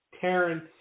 Terrence